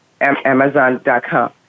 Amazon.com